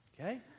Okay